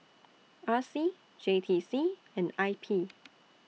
R C J T C and I P